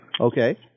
Okay